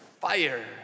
fire